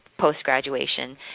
post-graduation